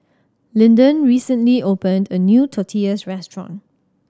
Linden recently opened a new Tortillas Restaurant